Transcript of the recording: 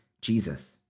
Jesus